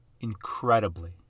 incredibly